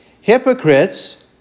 hypocrites